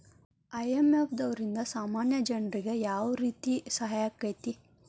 IMF ದವ್ರಿಂದಾ ಸಾಮಾನ್ಯ ಜನ್ರಿಗೆ ಯಾವ್ರೇತಿ ಸಹಾಯಾಕ್ಕತಿ?